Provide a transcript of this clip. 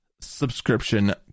subscription